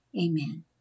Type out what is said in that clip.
Amen